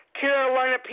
Carolina